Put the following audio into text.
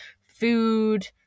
food